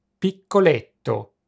Piccoletto